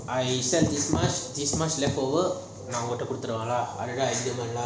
I sell this much this much left over நான் உங்கட குடுத்துடுவான்:naan ungata kuduthuduvan lah